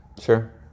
Sure